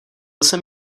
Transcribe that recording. jsem